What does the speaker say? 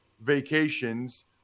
vacations